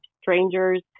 Strangers